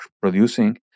producing